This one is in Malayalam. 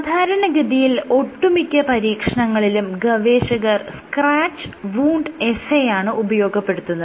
സാധാരണഗതിയിൽ ഒട്ടുമിക്ക പരീക്ഷണങ്ങളിലും ഗവേഷകർ സ്ക്രാച്ച് വൂണ്ട് എസ്സേയാണ് ഉപയോഗപ്പെടുത്തുന്നത്